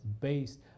based